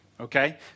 Okay